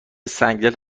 سنگدل